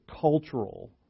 cultural